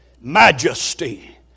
majesty